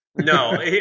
No